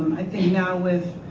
i think now with